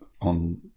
on